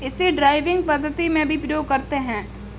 इसे ड्राइविंग पद्धति में भी प्रयोग करते हैं